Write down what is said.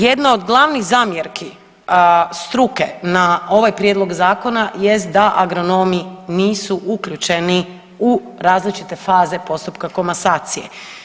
Jedna od glavnih zamjerki struke na ovaj prijedlog zakona jest da agronomi nisu uključeni u različite faze postupka komasacije.